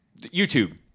YouTube